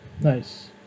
Nice